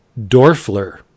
Dorfler